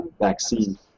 vaccine